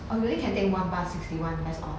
oh you can only take one bus sixty one that's all